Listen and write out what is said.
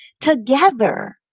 Together